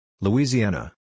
Louisiana